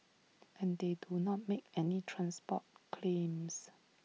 and they do not make any transport claims